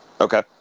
Okay